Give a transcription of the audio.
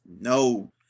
no